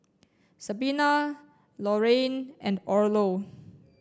Sabina Lorayne and Orlo